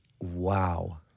wow